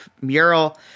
mural